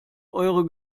eure